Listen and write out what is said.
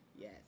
yes